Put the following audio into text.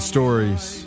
Stories